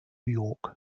york